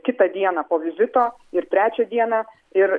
kitą dieną po vizito ir trečią dieną ir